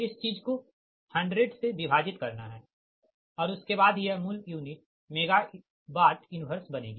इस चीज़ को 100 से विभाजित करना है और उसके बाद ही यह मूल यूनिट MW 1बनेगी